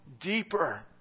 deeper